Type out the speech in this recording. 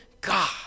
God